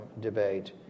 debate